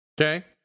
Okay